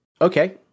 Okay